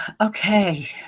okay